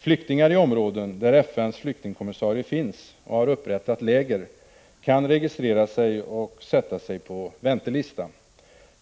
Flyktingar i områden där FN:s flyktingkommissarie finns och har upprättat läger kan registrera sig och sätta sig på ”väntelista”.